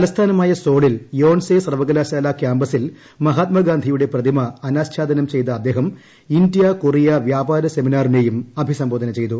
തലസ്ഥാനമായ സോളിൽ യോൻസേർ സർവ്വകലാശാലാ ക്യാമ്പസിൻ മഹാത്മാഗാന്ധിയുടെ പ്രതിമ അനാച്ഛാദനം ചെയ്ത അദ്ദേഹം ഇന്തൃ കൊറിയ വൃാപാര സെമിനാറിനെയും അഭിസംബോധന ചെയ്തു